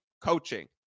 coaching